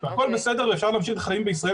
הכול בסדר ואפשר להמשיך את החיים בישראל